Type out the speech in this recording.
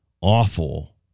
awful